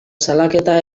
salaketa